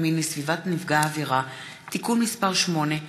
מין לסביבת נפגע העבירה (תיקון מס' 8),